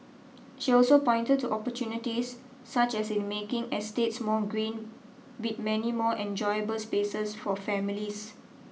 she also pointed to opportunities such as in making estates more green with many more enjoyable spaces for families